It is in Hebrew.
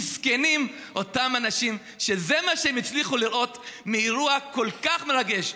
מסכנים אותם אנשים שזה מה שהם הצליחו לראות מאירוע כל כך מרגש.